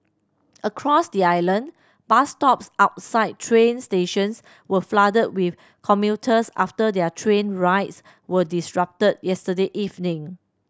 across the island bus stops outside train stations were flooded with commuters after their train rides were disrupted yesterday evening